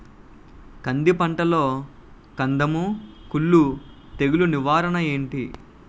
కంది పంటలో కందము కుల్లు తెగులు నివారణ ఏంటి?